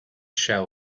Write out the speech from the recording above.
shell